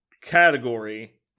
Category